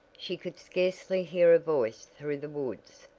she could scarcely hear a voice through the woods,